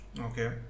okay